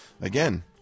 again